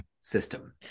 system